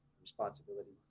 responsibility